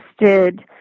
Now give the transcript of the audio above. interested